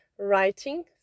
writing